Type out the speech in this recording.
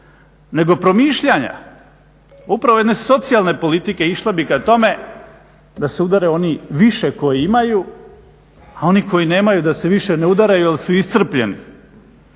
nego promišljanja upravo jedne socijalne politike išla bi ka tome da se udare oni više koji imaju, a oni koji nemaju da se više ne udaraju jer su iscrpljeni.